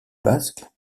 basque